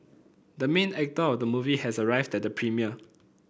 the main actor of the movie has arrived at the premiere